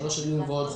שלוש שנים או עוד חודש.